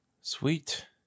Sweet